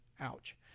Ouch